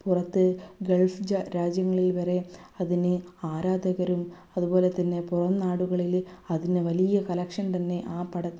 പുറത്ത് ഗൾഫ് രാജ്യങ്ങളിൽ വരെ അതിന് ആരാധകരും അതുപോലെ തന്നെ പുറം നാടുകളിൽ അതിന് വലിയ കളക്ഷൻ തന്നെ ആ പട